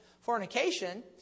Fornication